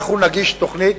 אנחנו נגיש תוכנית